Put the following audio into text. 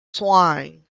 swine